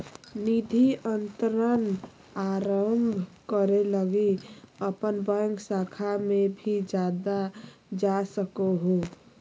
निधि अंतरण आरंभ करे लगी अपन बैंक शाखा में भी जा सको हो